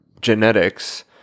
genetics